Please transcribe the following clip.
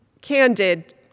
candid